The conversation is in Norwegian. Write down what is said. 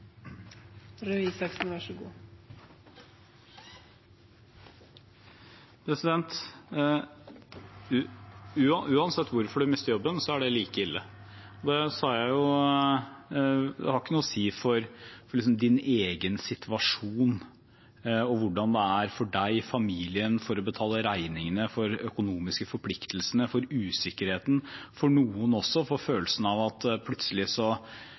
det like ille. Det sa jeg jo: Det har noe å si for ens egen situasjon og hvordan det er for en selv, for familien, for å betale regningene, for de økonomiske forpliktelsene, for usikkerheten. Noen får også følelsen av at det plutselig